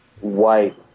White